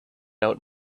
out